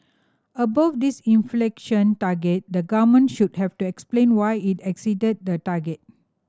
above this inflation target the government should have to explain why it exceeded the target